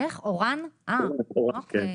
אוקיי